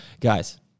Guys